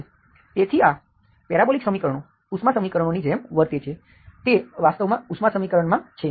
તેથી આ પેરાબોલિક સમીકરણો ઉષ્મા સમીકરણોની જેમ વર્તે છે તે વાસ્તવમાં ઉષ્મા સમીકરણમાં છે